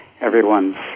everyone's